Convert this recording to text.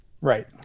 Right